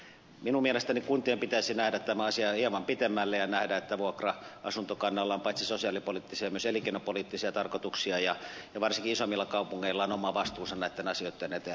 minun mielestäni kuntien pitäisi nähdä tämä asia hieman pitemmälle ja nähdä että vuokra asuntokannalla on paitsi sosiaalipoliittisia myös elinkeinopoliittisia tarkoituksia ja varsinkin isommilla kaupungeilla on oma vastuunsa näitten asioitten eteen